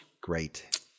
Great